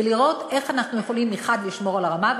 ולראות איך אנחנו יכולים מחד גיסא לשמור על הרמה,